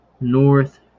North